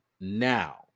now